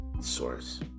Source